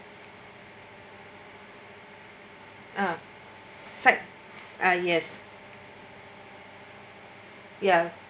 ah side uh yes ya